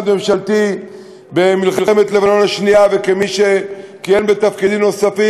ממשלתי במלחמת לבנון השנייה וכיהן בתפקידים נוספים,